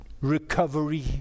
Recovery